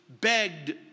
begged